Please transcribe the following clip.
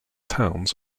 towns